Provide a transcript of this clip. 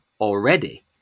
already